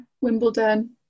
Wimbledon